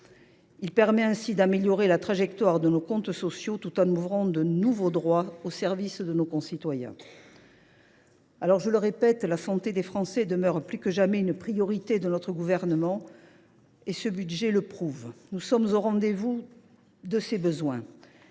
Il permet ainsi d’améliorer la trajectoire de nos comptes sociaux tout en ouvrant de nouveaux droits, au service de nos concitoyens. Je le répète, la santé des Français demeure plus que jamais une priorité de notre gouvernement ; ce budget le prouve. Nous sommes au rendez vous de ces attentes.